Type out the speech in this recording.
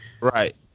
Right